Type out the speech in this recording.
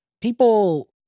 people